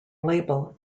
label